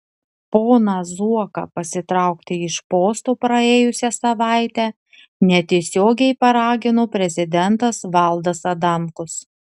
poną zuoką pasitraukti iš posto praėjusią savaitę netiesiogiai paragino prezidentas valdas adamkus